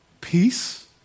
peace